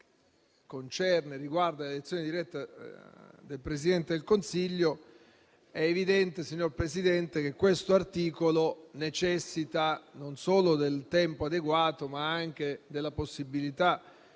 5 che riguarda l'elezione diretta del Presidente del Consiglio, è evidente che questo articolo necessita non solo del tempo adeguato, ma anche della possibilità